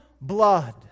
blood